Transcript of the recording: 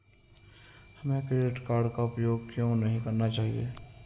हमें credit card का उपयोग क्यों नहीं करना चाहिए?